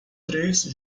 três